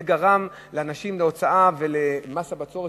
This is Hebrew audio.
זה גרם לאנשים להוצאה ולמס בצורת,